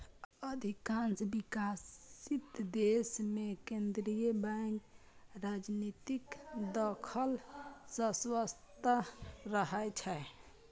अधिकांश विकसित देश मे केंद्रीय बैंक राजनीतिक दखल सं स्वतंत्र रहै छै